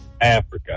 Africa